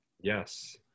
Yes